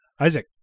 Isaac